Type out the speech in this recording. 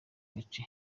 gace